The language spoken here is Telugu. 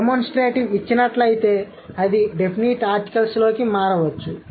డెమోన్స్ట్రేటివ్ ఇచ్చినట్లయితే అది డెఫినిట్ ఆర్టికల్స్లోకి మారవచ్చు